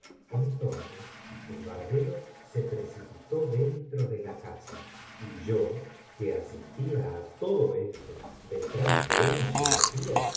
entonces el barbero se precipitó dentro de la casa y yo que asistía á todo esto detrás de una celosía